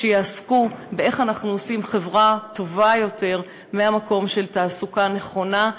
איך אנחנו עושים חברה טובה יותר מהמקום של תעסוקה נכונה,